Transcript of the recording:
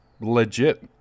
legit